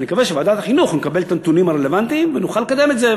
אני מקווה שבוועדת החינוך נקבל את הנתונים הרלוונטיים ונוכל לקדם את זה.